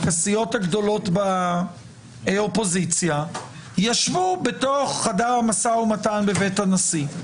הסיעות הגדולות באופוזיציה ישבו בתוך חדר המשא ומתן בבית הנשיא.